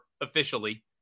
officially